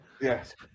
Yes